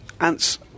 Ant's